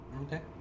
Okay